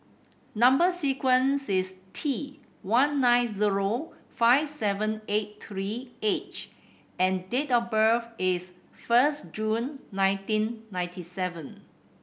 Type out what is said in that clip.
number sequence is T one nine zero five seven eight three H and date of birth is first June nineteen ninety seven